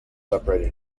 separated